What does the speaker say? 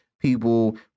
people